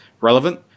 relevant